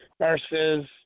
versus